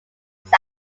just